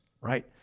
right